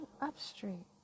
upstream